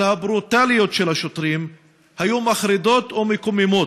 הברוטליות של השוטרים היו מחרידות ומקוממות,